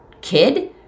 kid